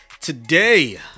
today